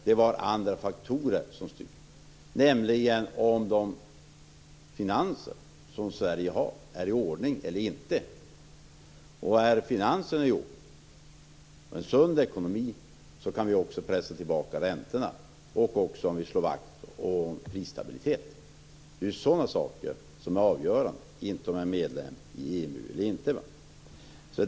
Det var andra faktorer som styrde, nämligen huruvida Sveriges finanser är i ordning eller inte. Om vi har finanser i ordning och en sund ekonomi kan vi också pressa tillbaka räntorna och slå vakt om prisstabiliteten. Det är ju sådana saker som är avgörande, inte om man är medlem i EMU eller inte.